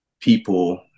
people